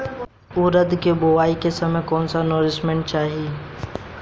उरद के बुआई के समय कौन नौरिश्मेंट चाही?